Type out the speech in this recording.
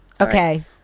Okay